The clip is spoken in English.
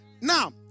now